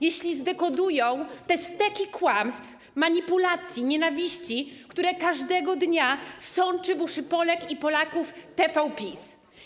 Jeśli zdekodują te steki kłamstw, manipulacji, nienawiści, które każdego dnia sączy w uszy Polek i Polaków TVPiS.